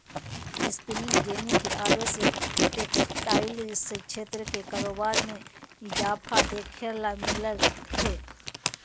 spinning jenny के आवे से टेक्सटाइल क्षेत्र के कारोबार मे इजाफा देखे ल मिल लय हें